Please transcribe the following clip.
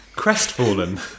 Crestfallen